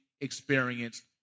experienced